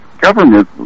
government